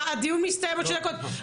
הדיון מסתיים בעוד שתי דקות.